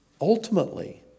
ultimately